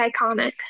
iconic